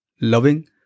loving